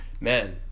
Man